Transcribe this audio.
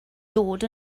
dod